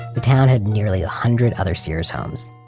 the town had nearly a hundred other sears homes.